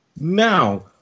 Now